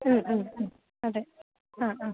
ഉം ഉം ഉം അതെ ആ ആ